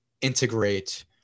integrate